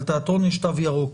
בתיאטרון יש תו ירוק.